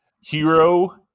hero